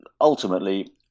ultimately